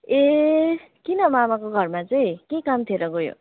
ए किन मामाको घरमा चाहिँ के काम थियो र गयो